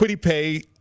Pay